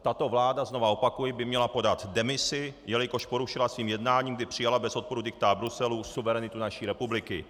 Tato vláda, znovu opakuji, by měla podat demisi, jelikož porušila svým jednáním, kdy přijala bez odporu diktát Bruselu, suverenitu naší republiky.